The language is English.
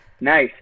Nice